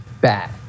bad